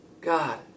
God